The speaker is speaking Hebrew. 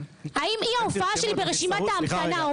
האם אי ההופעה שלי ברשימת ההמתנה,